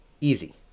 Easy